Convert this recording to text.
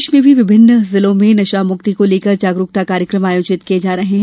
प्रदेश में भी विभिन्न जिलों में नशामुक्ति को लेकर जागरूकता कार्यकम आयोजित किये जा रहे हैं